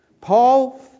Paul